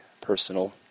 personal